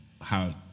how-